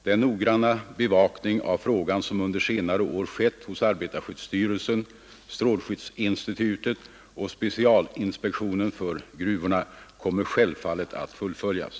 Den noggranna bevakning av frågan som under senare år skett hos arbetarskyddsstyrelsen, strålskyddsinstitutet och specialinspektionen för gruvorna kommer självfallet att fullföljas.